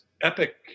epic